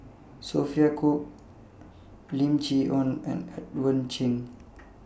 Sophia Cooke Lim Chee Onn and Edmund Cheng